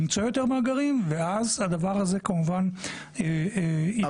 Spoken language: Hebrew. למצוא יותר מאגרים ואז הדבר הזה כמובן יקבל מענה.